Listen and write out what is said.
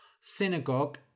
Synagogue